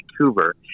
Vancouver